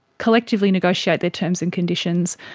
collectively negotiate their terms and conditions,